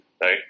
right